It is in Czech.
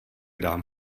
dám